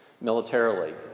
militarily